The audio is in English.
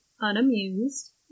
unamused